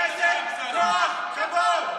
כסף, כוח, כבוד.